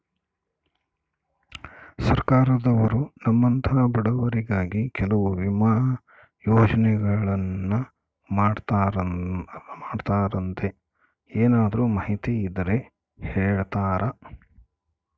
ಸರ್ಕಾರದವರು ನಮ್ಮಂಥ ಬಡವರಿಗಾಗಿ ಕೆಲವು ವಿಮಾ ಯೋಜನೆಗಳನ್ನ ಮಾಡ್ತಾರಂತೆ ಏನಾದರೂ ಮಾಹಿತಿ ಇದ್ದರೆ ಹೇಳ್ತೇರಾ?